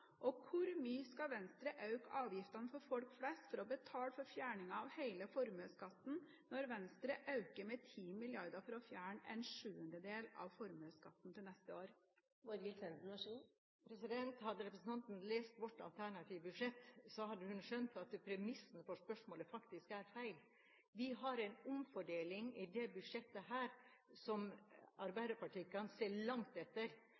og hvor mye skal Venstre øke avgiftene for folk flest for å betale for fjerningen av hele formuesskatten, når Venstre øker med 10 mrd. kr for å fjerne en sjuendedel av formuesskatten til neste år? Hadde representanten lest vårt alternative budsjett, hadde hun skjønt at premissene for spørsmålet faktisk er feil. Vi har en omfordeling i dette budsjettet som Arbeiderpartiet kan se langt etter.